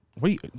Wait